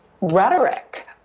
rhetoric